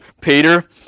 Peter